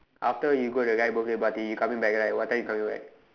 after you go the guy birthday party you coming back right what time you coming back